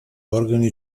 organi